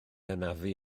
anafu